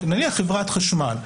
נניח, חברת חשמל.